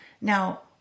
Now